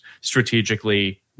strategically